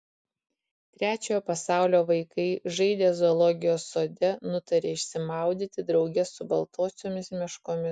trečiojo pasaulio vaikai žaidę zoologijos sode nutarė išsimaudyti drauge su baltosiomis meškomis